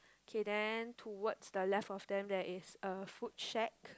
okay then towards the left of them there is a food shack